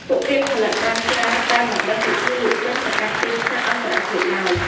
ពួកគេផលិតបានច្រើន តែមិនដឹងវិធីលក់ចេញទៅកាន់ទីផ្សារអន្តរជាតិឡើយ។